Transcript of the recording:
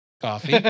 coffee